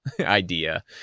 idea